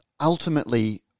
ultimately